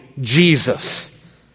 Jesus